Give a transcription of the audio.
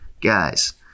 Guys